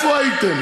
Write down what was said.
אנחנו היינו,